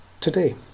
today